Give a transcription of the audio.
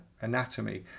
anatomy